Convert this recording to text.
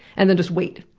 and then just wait,